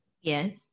yes